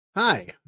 Hi